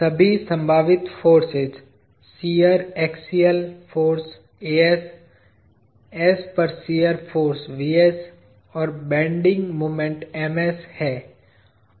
सभी संभावित forces shear axial force s पर शियर फाॅर्स और बेन्डिंग मोमेंट है